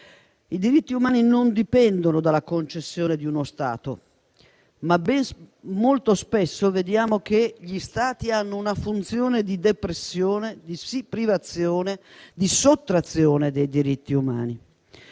I diritti umani non dipendono dalla concessione di uno Stato, ma molto spesso vediamo che gli Stati hanno una funzione di depressione, privazione e sottrazione dei diritti umani.